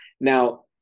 Now